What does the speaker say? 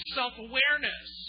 self-awareness